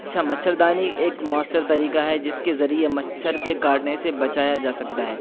اچھا مچھر دانی ایک مؤثر طریقہ ہے جس کے ذریعے مچھر کے کاٹنے سے بچایا جا سکتا ہے